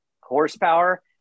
horsepower